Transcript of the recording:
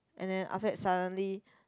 and then after that suddenly